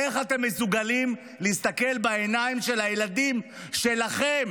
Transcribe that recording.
איך אתם מסוגלים להסתכל בעיניים של הילדים שלכם